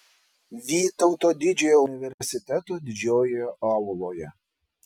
vytauto didžiojo universiteto didžiojoje auloje